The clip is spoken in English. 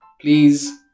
please